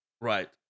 right